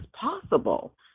possible